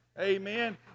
Amen